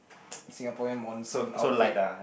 Singaporean monsoon outfit